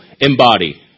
embody